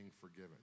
forgiven